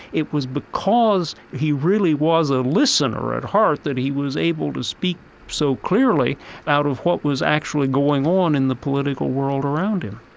it was because he really was a listener at heart that he was able to speak so clearly out of what was actually going on in the political world around him